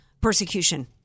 persecution